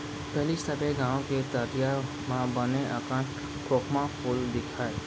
पहिली सबे गॉंव के तरिया म बने अकन खोखमा फूल दिखय